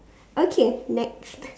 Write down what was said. okay next